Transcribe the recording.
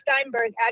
Steinberg